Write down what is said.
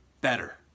better